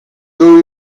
daou